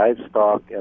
livestock